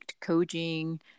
coaching